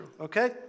okay